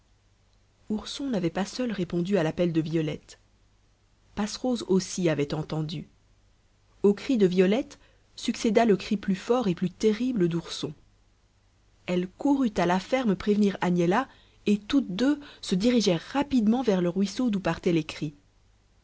ourson n'avait pas seul répondu à l'appel de violette passerose aussi avait entendu aux cris de violette succéda le cri plus fort et plus terrible d'ourson elle courut à la ferme prévenir agnella et toutes deux se dirigèrent rapidement vers le ruisseau d'où partaient les cris